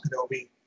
Kenobi